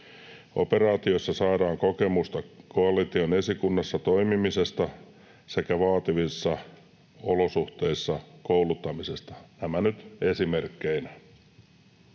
Operaatiossa saadaan kokemusta koalition esikunnassa toimimisesta sekä vaativissa olosuhteissa kouluttamisesta. Nämä nyt esimerkkeinä.